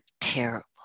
terrible